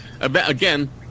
again